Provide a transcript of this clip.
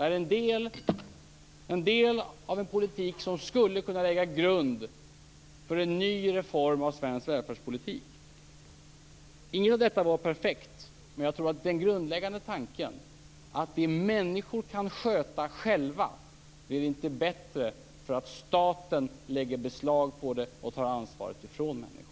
Det är en del av en politik som skulle kunna ligga till grund för en ny reform av svensk välfärdspolitik. Allt var inte perfekt, men jag tror att den grundläggande tanken, att det som människor kan sköta själva blir inte bättre för att staten lägger beslag på det och tar ansvaret ifrån människor.